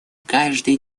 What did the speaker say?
каждый